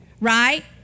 right